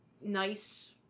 nice